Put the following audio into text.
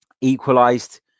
equalised